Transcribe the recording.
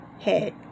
head